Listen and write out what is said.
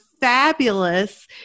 fabulous